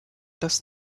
dass